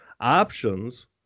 options